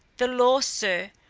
the law, sir,